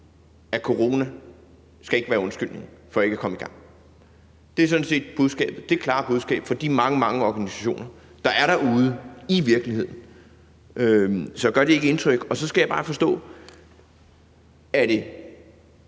at coronaen ikke skal være undskyldningen for ikke at komme i gang? Det er sådan set det klare budskab fra de mange, mange organisationer, der er derude i virkeligheden. Gør det ikke indtryk? Så skal jeg bare forstå, om det